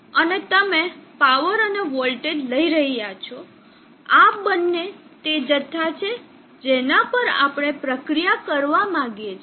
અને તમે પાવર અને વોલ્ટેજ લઈ રહ્યા છો આ બંને તે જથ્થા છે જેના પર આપણે પ્રક્રિયા કરવા માંગીએ છીએ